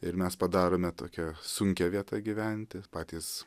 ir mes padarome tokią sunkią vietą gyventi patys